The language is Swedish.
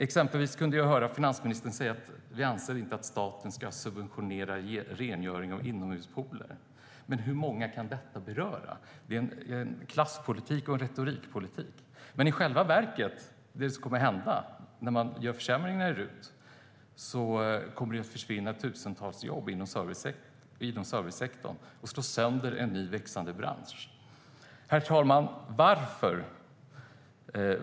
Exempelvis kunde jag höra finansministern säga att man inte anser att staten ska subventionera rengöring av inomhuspooler. Men hur många kan det beröra? Det är klasspolitik och retorikpolitik. Det som i själva verket kommer att hända när det görs försämringar i RUT är att tusentals jobb försvinner inom servicesektorn och en växande bransch slås sönder. Fru talman!